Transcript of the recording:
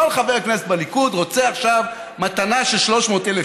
כל חבר כנסת בליכוד רוצה עכשיו מתנה של 300,000